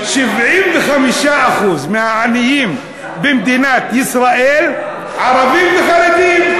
75% מהעניים במדינת ישראל, ערבים וחרדים.